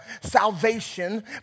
salvation